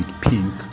pink